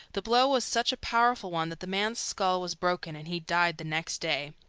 the blow was such a powerful one that the man's skull was broken, and he died the next day.